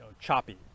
Choppy